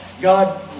God